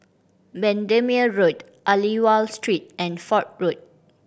Bendemeer Road Aliwal Street and Fort Road